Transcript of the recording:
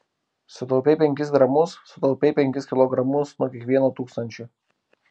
sutaupei penkis gramus sutaupei penkis kilogramus nuo kiekvieno tūkstančio